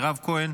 מירב כהן,